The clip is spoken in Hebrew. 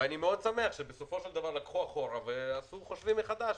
ואני מאוד שמח שבסופו של דבר לקחו אחורה ועשו חשיבה מחדש.